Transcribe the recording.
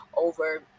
over